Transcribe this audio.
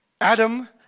Adam